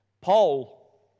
Paul